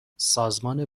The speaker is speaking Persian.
سازمان